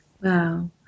wow